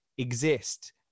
exist